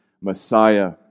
Messiah